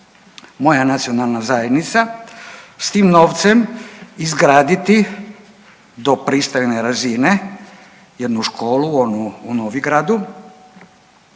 moja nacionalna zajednica s tim novcem izgraditi do pristojne razine jednu školu onu u Novigradu